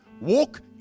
walk